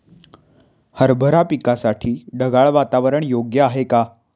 हरभरा पिकासाठी ढगाळ वातावरण योग्य आहे का?